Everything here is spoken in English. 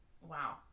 Wow